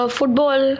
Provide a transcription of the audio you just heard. Football